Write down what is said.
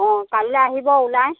অ কাইলৈ আহিব ওলাই